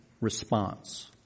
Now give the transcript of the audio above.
response